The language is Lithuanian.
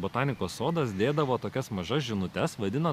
botanikos sodas dėdavo tokias mažas žinutes vadino